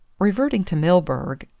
reverting to milburgh,